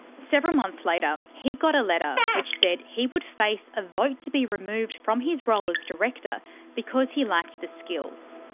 several months later, he got a letter which said he would face a vote to be removed from his role as director because he lacked the skills.